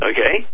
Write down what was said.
Okay